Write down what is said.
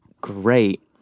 great